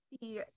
see